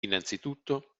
innanzitutto